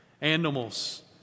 Animals